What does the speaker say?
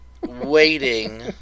waiting